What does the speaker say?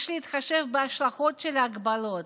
יש להתחשב בהשלכות של ההגבלות,